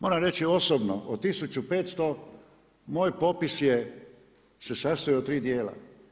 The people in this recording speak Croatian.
Moram reći osobno od 1500 moj popis se sastoji od tri dijela.